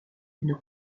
une